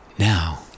Now